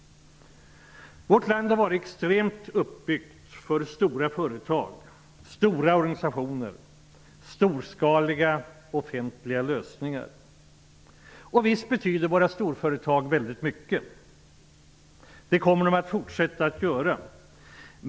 Vårt land har varit extremt uppbyggt för stora företag, stora organisationer och storskaliga, offentliga lösningar. Och visst betyder våra storföretag väldigt mycket. Det kommer de att fortsätta att göra.